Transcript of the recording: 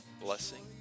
blessing